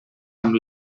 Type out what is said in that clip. amb